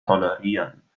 tolerieren